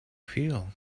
feel